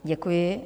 Děkuji.